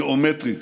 גיאומטרית,